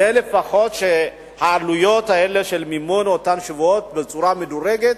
יהיו לפחות העלויות האלה של מימון אותם שבועות בצורה מדורגת,